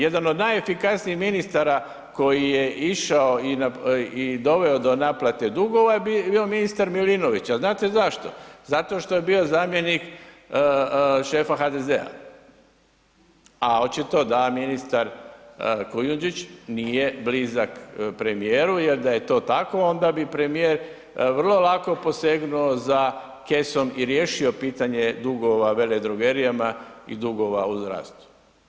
Jedan od najefikasnijih ministara koji je išao i doveo do naplate dugova je bio ministar Milinović, a znate zašto, zato što je bio zamjenik šefa HDZ-a, a očito da ministar Kujundžič nije blizak premijeru jer da je to tako onda bi premijer vrlo lako posegnuo za kesom i riješio pitanje dugova veledrogerijama i dugova u zdravstvu.